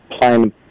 playing